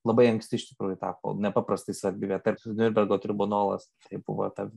labai anksti iš tikrųjų tapo nepaprastai svarbi vieta ir niurnbergo tribunolas tai buvo ta